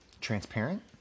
transparent